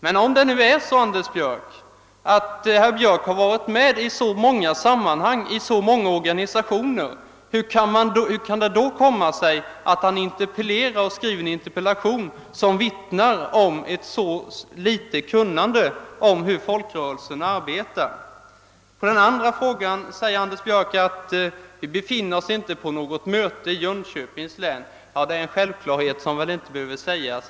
Men om det nu är så, att Anders Björck har varit med i så många sammanhang i så många organisationer, hur kan det då komma sig att han skriver en interpellation som vittnar om ett så ringa kunnande om hur folkrörelserna arbetar? När det gäller den andra frågan säger Anders Björck att vi nu inte befinner oss på något möte i Jönköpings län. Ja, detta är en självklarhet som väl inte behöver sägas.